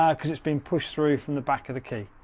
um cause it's been pushed through from the back of the key.